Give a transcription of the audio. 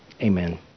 Amen